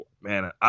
man